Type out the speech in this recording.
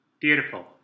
Beautiful